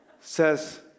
says